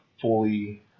fully